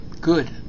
Good